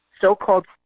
so-called